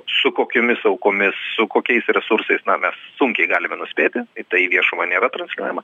su kokiomis aukomis su kokiais resursais na mes sunkiai galime nuspėti tai į viešumą nėra transliuojama